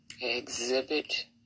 exhibit